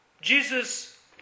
Jesus